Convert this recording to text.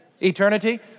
Eternity